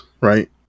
right